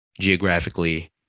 geographically